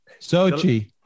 Sochi